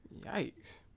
Yikes